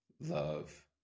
love